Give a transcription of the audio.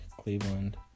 Cleveland